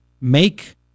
make